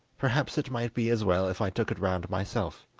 perhaps it might be as well if i took it round myself